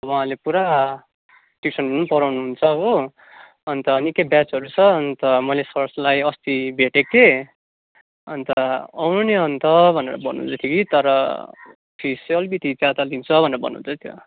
उहाँले पुरा ट्युसनहरू पढाउनु हुन्छ हो अन्त निकै ब्याचहरू छ अन्त मैले सरलाई अस्ति भेटेको थिएँ अन्त आउनु नि अन्त भनेर भन्नु हुँदै थियो कि तर फिस चाहिँ अलिकति ज्यादा लिन्छ भनेर भन्नु हुँदै थियो